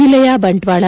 ಜಿಲ್ಲೆಯ ಬಂಟ್ವಾಳ